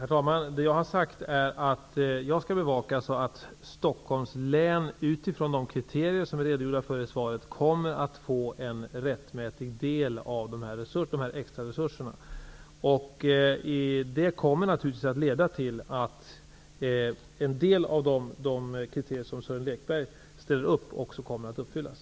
Herr talman! Jag har sagt att jag skall bevaka att Stockholms län utifrån de kriterier som jag redogjorde för i svaret kommer att få en rättmätig del av extraresurserna. Detta kommer naturligtvis att leda till att en del av de kriterier som Sören Lekberg ställde upp också kommer att uppfyllas.